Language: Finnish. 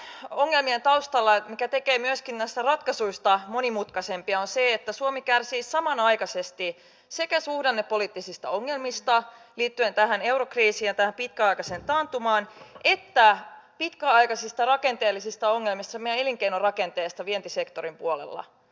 ainakin suomen ongelmien taustalla mikä tekee myöskin näistä ratkaisuista monimutkaisempia on se että suomi kärsii samanaikaisesti sekä suhdannepoliittisista ongelmista liittyen tähän eurokriisiin ja tähän pitkäaikaiseen taantumaan että pitkäaikaisista rakenteellisista ongelmista meidän elinkeinorakenteessamme vientisektorin puolella